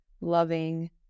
loving